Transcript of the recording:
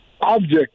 object